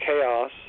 chaos